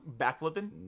backflipping